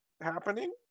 happening